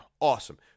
awesome